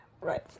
right